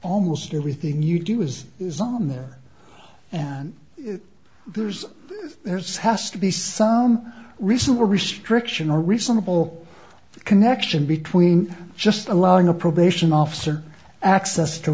almost everything you do is isn't there and there's there's has to be some reasonable restriction or reasonable connection between just allowing a probation officer access to